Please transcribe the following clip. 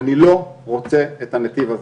אני לא רוצה את הנתיב הזה.